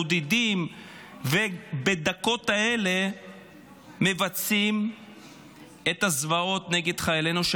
מעודדים ובדקות האלה מבצעים את הזוועות נגד חיילינו,